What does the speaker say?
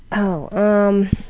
oh, um,